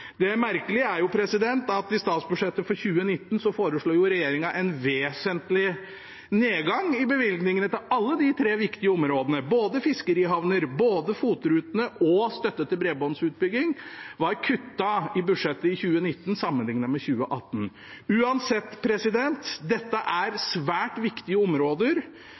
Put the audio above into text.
Det merkelige er at i statsbudsjettet for 2019 foreslo regjeringen en vesentlig nedgang i bevilgningen til alle de tre viktige områdene. Både fiskerihavner, FOT-rutene og støtte til bredbåndsutbygging var kuttet i budsjettet for 2019 sammenliknet med 2018. Uansett – dette er svært viktige områder,